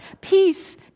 peace